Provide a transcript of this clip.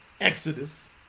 Exodus